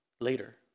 later